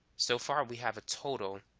so far we have a total